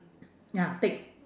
ya take